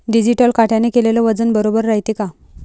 Digital काट्याने केलेल वजन बरोबर रायते का?